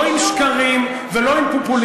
לא עם בדיות, לא עם שקרים ולא עם פופוליזם.